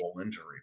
injury